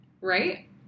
right